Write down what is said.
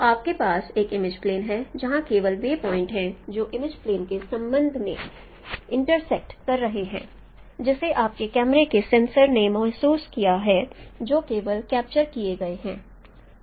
तो आपके पास एक इमेज प्लेन है जहां केवल वे पॉइंट हैं जो इमेज प्लेन के संबंध में इंटर्सेक्ट कर रहे हैं जिसे आपके कैमरे के सेंसर ने महसूस किया है जो केवल कैप्चर किए गए हैं